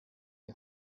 die